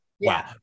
Wow